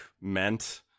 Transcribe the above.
meant